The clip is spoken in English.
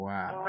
Wow